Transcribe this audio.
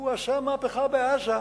הוא עשה מהפכה בעזה.